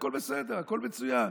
הכול בסדר, הכול מצוין.